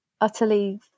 utterly